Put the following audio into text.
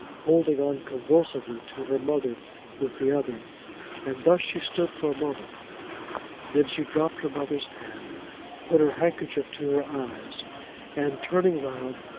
holding on convulsively to her mother with the other and thus she stood for a moment then she dropped her mother's hand put her handkerchief to her eyes and turning round,